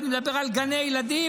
אני מדבר על גני ילדים,